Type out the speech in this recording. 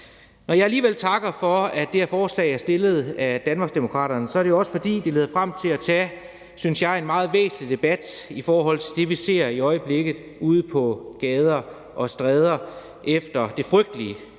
Når jeg alligevel takker for, at det her forslag er fremsat af Danmarksdemokraterne, er det jo også, fordi det leder frem til, at vi kan tage, synes jeg, en meget væsentlig debat i forhold til det, vi ser i øjeblikket ude på gader og stræder efter det frygtelige, vil